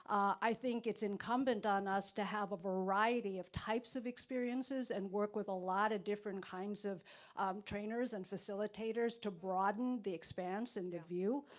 i think it's incumbent on us to have a variety of types of experiences and work with a lot of different kinds of trainers and facilitators to broaden the expanse and the view.